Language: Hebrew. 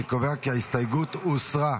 אני קובע כי ההסתייגות הוסרה.